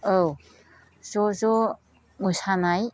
औ ज' ज' मोसानाय